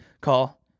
Call